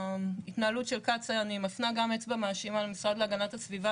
בהתנהלות של קצא"א אני מפנה גם אצבע מאשימה למשרד להגנת הסביבה,